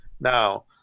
Now